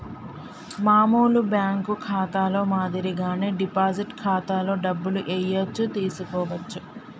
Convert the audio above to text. మామూలు బ్యేంకు ఖాతాలో మాదిరిగానే డిపాజిట్ ఖాతాలో డబ్బులు ఏయచ్చు తీసుకోవచ్చు